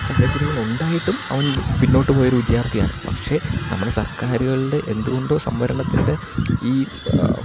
സാഹചര്യങ്ങൾ ഉണ്ടായിട്ടും അവൻ പിന്നോട്ട് പോയൊരു വിദ്യാർത്ഥിയാണ് പക്ഷെ നമ്മുടെ സർക്കാരുകളുടെ എന്തുകൊണ്ടോ സംവരണത്തിൻ്റെ ഈ